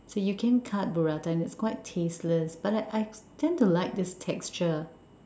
so you can cut burrata and it's quite tasteless but I I tend to like this texture